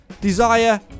desire